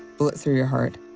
bullet through your heart.